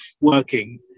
working